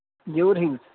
Yeoor hill